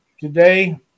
today